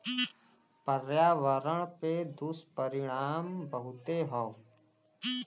पर्यावरण पे दुष्परिणाम बहुते हौ